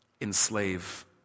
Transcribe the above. enslave